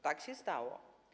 Tak się stało.